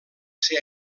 ser